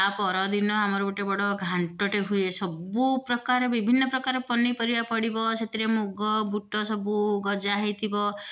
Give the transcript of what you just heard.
ତା'ପର ଦିନ ଆମର ଗୋଟେ ବଡ଼ ଘାଣ୍ଟଟେ ହୁଏ ସବୁ ପ୍ରକାର ବିଭିନ୍ନ ପ୍ରକାର ପନିପରିବା ପଡ଼ିବ ସେଥିରେ ମୁଗ ବୁଟ ସବୁ ଗଜା ହେଇଥିବ